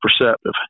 perceptive